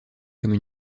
comme